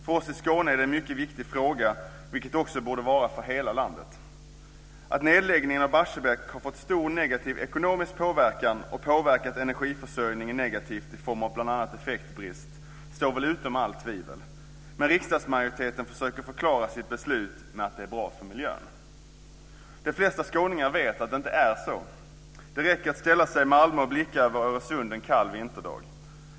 För oss i Skåne är detta en mycket viktig fråga, vilket den också borde vara för hela landet. Att nedläggningen av Barsebäck har fått stor negativ ekonomisk påverkan och har påverkat energiförsörjningen negativt i form av bl.a. effektbrist står väl utom allt tvivel. Men riksdagsmajoriteten försöker att förklara sitt beslut med att det är bra för miljön. De flesta skåningar vet att det inte är så. Det räcker att ställa sig i Malmö och blicka över Öresund en kall vinterdag.